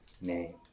name